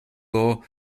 law